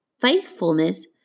faithfulness